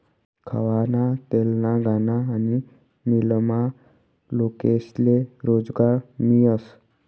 खावाना तेलना घाना आनी मीलमा लोकेस्ले रोजगार मियस